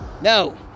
no